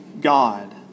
God